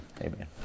amen